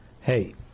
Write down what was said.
Hey